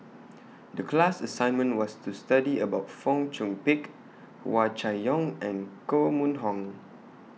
The class assignment was to study about Fong Chong Pik Hua Chai Yong and Koh Mun Hong